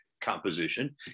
composition